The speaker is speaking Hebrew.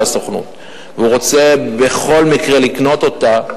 הסוכנות והוא ירצה בכל מקרה לקנות אותה,